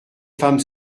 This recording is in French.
femme